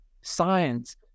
science